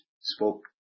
spoke